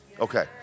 Okay